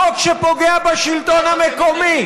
חוק שפוגע בשלטון המקומי,